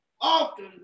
often